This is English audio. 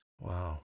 Wow